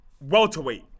Welterweight